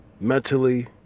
Mentally